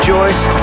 Joyce